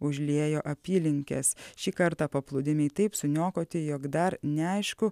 užliejo apylinkes šį kartą paplūdimiai taip suniokoti jog dar neaišku